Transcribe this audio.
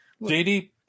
jd